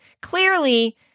clearly